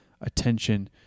attention